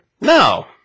No